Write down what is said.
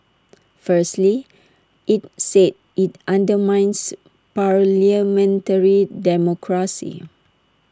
firstly IT said IT undermines parliamentary democracy